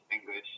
English